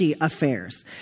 affairs